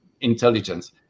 intelligence